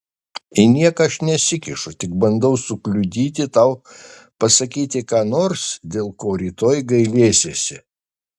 į nieką aš nesikišu tik bandau sukliudyti tau pasakyti ką nors dėl ko rytoj gailėsiesi